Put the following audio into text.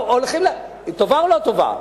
טובה או לא טובה?